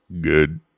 good